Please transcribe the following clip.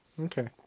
Okay